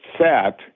set